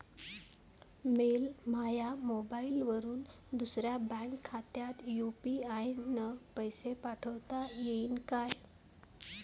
मले माह्या मोबाईलवरून दुसऱ्या बँक खात्यात यू.पी.आय न पैसे पाठोता येईन काय?